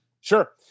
Sure